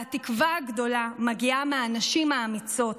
והתקווה הגדולה מגיעה מהנשים האמיצות,